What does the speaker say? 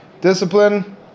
discipline